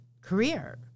career